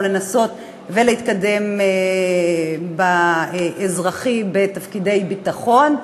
לנסות ולהתקדם באזרחי בתפקידי ביטחון,